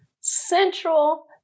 central